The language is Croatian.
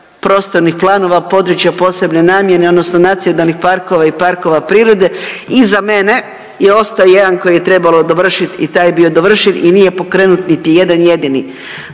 prostornih planova područja posebne namjene odnosno nacionalnih parkova i parkova prirode. Iza mene je ostao jedan koji je trebalo dovršiti i taj je bio dovršen i nije pokrenut niti jedan jedini.